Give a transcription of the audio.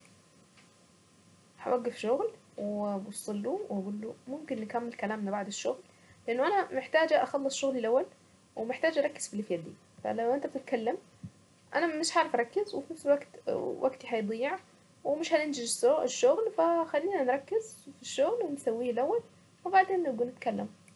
.هوقف شغل وابص له واقول له ممكن نكمل كلامنا بعد الشغل، لانه انا محتاجة أخلص شغلي الاول، ومحتاجة اركز في اللي في يدي. .فلو انت بتتكلم انا مش هعرف أركز وفي نفس الوقت وقتي هيضيع، ومش هننجز الشغل فخلينا نركز في الشغل ونسويه الاول، وبعدين نبقى نتكلم.